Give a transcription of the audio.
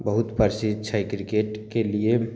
बहुत प्रसिद्ध छै क्रिकेटके लिए